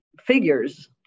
figures